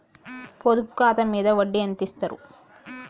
పొదుపు ఖాతా మీద వడ్డీ ఎంతిస్తరు?